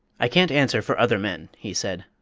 i can't answer for other men, he said.